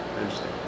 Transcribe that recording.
Interesting